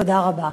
תודה רבה.